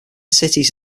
cities